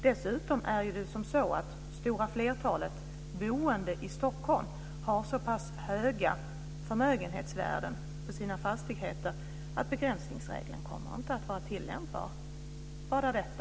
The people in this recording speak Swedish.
Dessutom har det stora flertalet boende i Stockholm så pass höga förmögenhetsvärden på sina fastigheter att begränsningsregeln inte kommer att vara tillämpbar. Vad är detta?